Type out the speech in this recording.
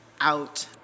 out